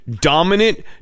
dominant